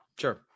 Sure